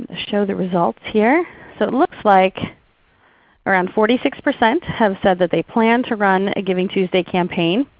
ah show the results here. so it looks like around forty six percent have said that they plan to run a givingtuesday campaign.